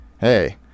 hey